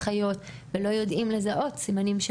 אחיות ולא יודעים לזהות סימנים.